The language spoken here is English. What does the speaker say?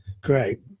Great